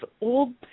old